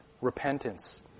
repentance